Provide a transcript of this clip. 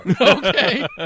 Okay